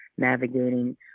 navigating